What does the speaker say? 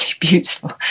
beautiful